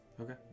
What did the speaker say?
Okay